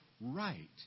right